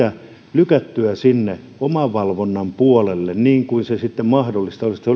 lykättyä sinne omavalvonnan puolelle niin kuin se sitten mahdollista